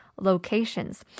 locations